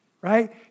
right